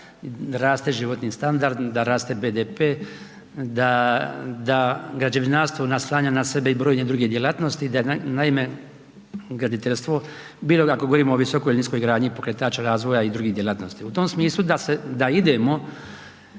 da raste životni standard, da raste BDP, da građevinarstvo naslanja na sebe i brojne druge djelatnosti, da naime, graditeljstvo, bilo da ako govorimo o visokoj ili niskoj gradnji, pokretač razvoja i drugih djelatnosti. U tom smislu da idemo